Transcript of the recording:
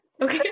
Okay